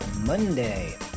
Monday